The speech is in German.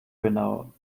genau